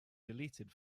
deleted